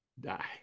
die